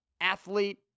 athlete